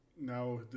now